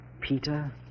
Peter